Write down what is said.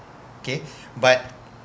okay but